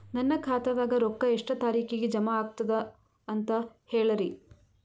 ನನ್ನ ಖಾತಾದಾಗ ರೊಕ್ಕ ಎಷ್ಟ ತಾರೀಖಿಗೆ ಜಮಾ ಆಗತದ ದ ಅಂತ ಹೇಳರಿ?